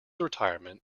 retirement